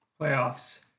playoffs